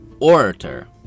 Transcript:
orator